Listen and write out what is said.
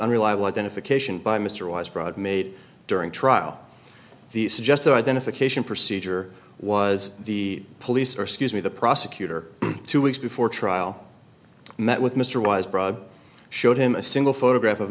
unreliable identification by mr weisbrod made during trial the suggested identification procedure was the police or scuse me the prosecutor two weeks before trial met with mr wise brought showed him a single photograph of